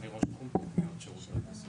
אני ראש תחום תכניות שירות בתי הסוהר.